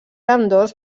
ambdós